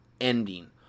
ending